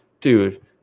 dude